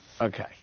Okay